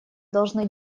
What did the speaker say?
должны